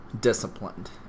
disciplined